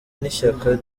n’ishyaka